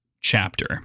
chapter